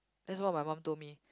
that's what my mum told me